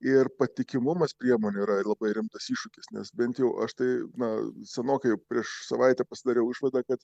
ir patikimumas priemonių yra labai rimtas iššūkis nes bent jau aš tai na senokai prieš savaitę pasidariau išvadą kad